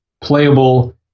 playable